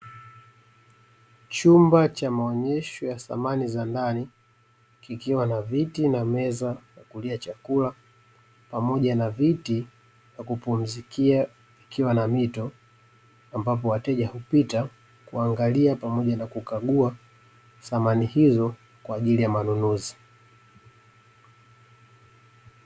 Chumba cha maonyesho ya samani za ndani, kikiwa na viti na meza ya kulia chakula pamoja na viti vya kupumzikia ikiwa na mito ambapo wateja hupita kuangalia pamoja na kukagua samani hizo kwa ajili ya manunuzi.